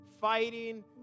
fighting